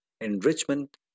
enrichment